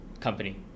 company